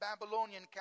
Babylonian